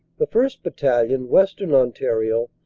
the first. battalion, western ontario,